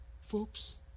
Folks